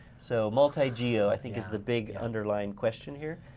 so multi-geo i think is the big underlying question here.